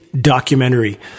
documentary